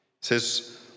says